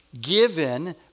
given